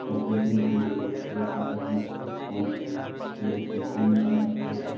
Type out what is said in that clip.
पर सोचना चाहिए हम लोगों को एक एक घर में दस दस फ़ोन चल रहे हैं तो एक पक्षी नहीं पाल सकते क्या